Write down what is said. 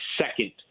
second